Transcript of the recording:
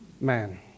man